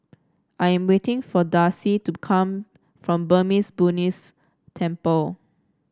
I am waiting for Darcie to come from Burmese Buddhist Temple